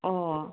অঁ